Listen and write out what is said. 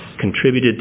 contributed